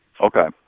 Okay